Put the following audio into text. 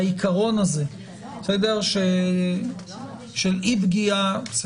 העיקרון הזה של אי פגיעה.